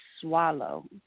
swallow